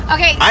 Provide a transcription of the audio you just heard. Okay